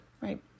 right